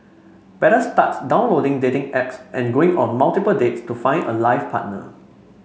better start downloading dating apps and going on multiple dates to find a life partner